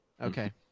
Okay